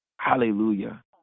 Hallelujah